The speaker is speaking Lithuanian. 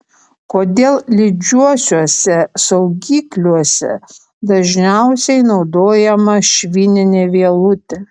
kodėl lydžiuosiuose saugikliuose dažniausiai naudojama švininė vielutė